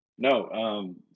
No